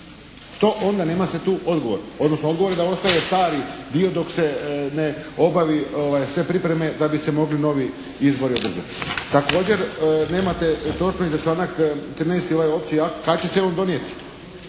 Što onda? Nema se tu odgovor. Odnosno odgovor je da ostaje stari dio dok se ne obavi sve pripreme da bi se mogli novi izbori održati. Također nemate točno i za članak 14. ovaj opći akt kad će se on donijeti?